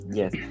yes